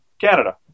Canada